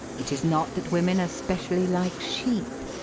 it is not that women are specially like sheep.